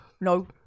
no